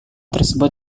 tersebut